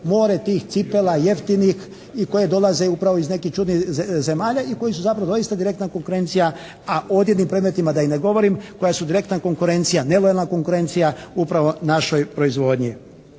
more tih cipela jeftinih i koje dolaze upravo iz nekih čudnih zemalja i koje su zapravo doista direktna konkurencija, a odjevnim predmetima da ne govorim, koje su direktna konkurencija, nelojalna konkurencija upravo našoj proizvodnji.